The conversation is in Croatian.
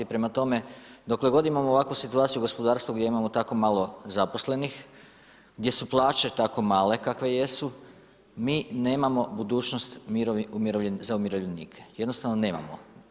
Prema tome, dokle god imamo ovakvu situaciju u gospodarstvu, gdje imamo tako malo zaposlenih, gdje su plaće tako male kakve jesu, mi nemamo budućnost za umirovljenike, jednostavno nemamo.